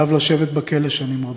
עליו לשבת בכלא שנים רבות.